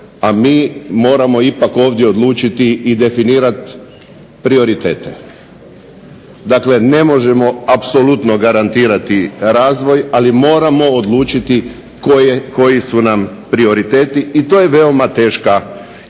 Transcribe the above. a mi moramo ipak ovdje odlučiti i definirati prioritete. Dakle, ne možemo apsolutno garantirati razvoj, ali moramo odlučiti koji su nam prioriteti i to je veoma teška odluka